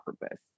purpose